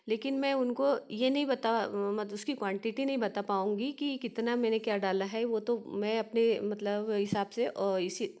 लेकिन मैं उनको ये नहीं बता मत उसकी क्वांटिटी नहीं बता पाऊँगी कि कितना मैंने क्या डाला है वो तो मैं अपने मतलब हिसाब से इसी